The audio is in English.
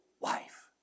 life